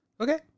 Okay